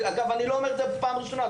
אגב, אני לא אומר זאת בפעם הראשונה.